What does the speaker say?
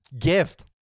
gift